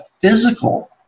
physical